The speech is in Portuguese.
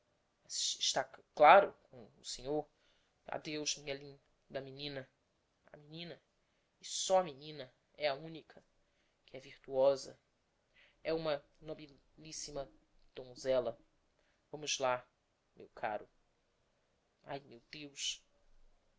está cclaro com o senhor adeus minha lin da menina a menina e só a menina é a unica que é virtuosa é uma nobi lis sima donzella vamos lá meu caro ai meu deus